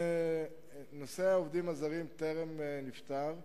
נושא העובדים הזרים טרם נפתר.